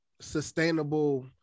sustainable